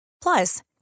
Plus